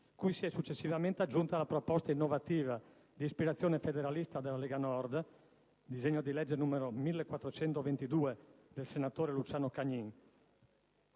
cui si è successivamente aggiunta la proposta innovativa di ispirazione federalista della Lega Nord (disegno di legge n. 1422, presentato dal senatore Luciano Cagnin).